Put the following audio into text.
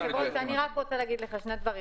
היושב-ראש, אני רוצה להגיד לך על זה שני דברים.